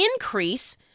increase